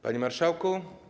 Panie Marszałku!